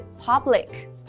public